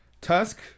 Tusk